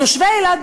תושבי אילת,